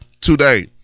today